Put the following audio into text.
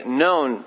known